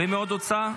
מי עוד הוצא?